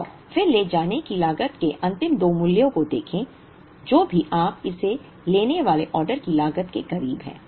और फिर ले जाने की लागत के अंतिम दो मूल्यों को देखें जो भी आप इसे लेने वाले ऑर्डर की लागत के करीब हैं